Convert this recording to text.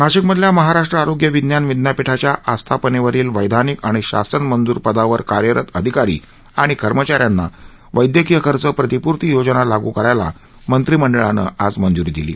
नाशिक मधल्या महाराष्ट्र आरोग्य विज्ञान विद्यापीठाच्या आस्थापनेवरील वैधानिक आणि शासन मंजूर पदावर कार्यरत अधिकारी आणि कर्मचाऱ्यांना वैद्यकीय खर्च प्रतिपूर्ती योजना लागू करायला मंत्रीमंडळानं मंजूरी दिली